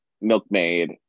milkmaid